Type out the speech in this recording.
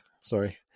Sorry